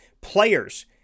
Players